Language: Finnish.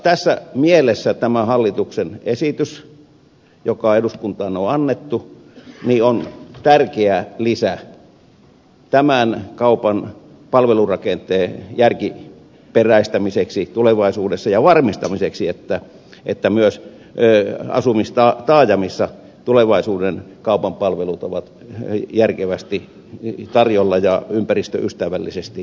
tässä mielessä tämä hallituksen esitys joka eduskuntaan on annettu on tärkeä lisä tämän kaupan palvelurakenteen järkiperäistämiseksi tulevaisuudessa ja sen varmistamiseksi että myös asumistaajamissa tulevaisuuden kaupan palvelut ovat järkevästi tarjolla ja ympäristöystävällisesti saatavissa